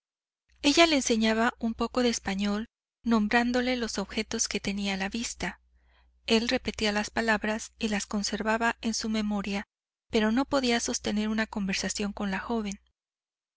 ella le enseñaba un poco de español nombrándole los objetos que tenía a la vista él repetía las palabras y las conservaba en su memoria pero no podía sostener una conversación con la joven